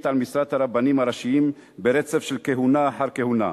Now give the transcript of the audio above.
על משרת הרבנים הראשיים ברצף של כהונה אחר כהונה.